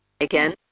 again